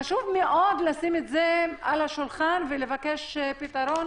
חשוב מאוד לשים את זה על השולחן ולבקש פתרון